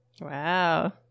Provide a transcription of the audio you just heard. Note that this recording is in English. wow